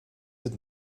het